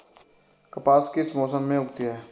कपास किस मौसम में उगती है?